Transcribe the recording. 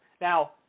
now